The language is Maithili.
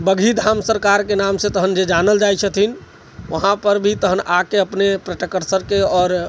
बगही धाम सरकारके नाम से तहन जे जानल जाइत छथिन वहाँपर भी तहन आके अपने पर्यटक स्थलके आओर